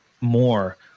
more